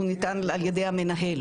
הוא ניתן על ידי המנהל.